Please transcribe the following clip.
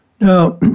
Now